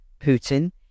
Putin